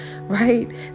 right